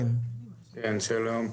שלום.